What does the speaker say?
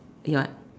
ya